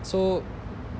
so